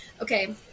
okay